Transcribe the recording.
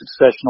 successional